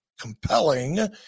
compelling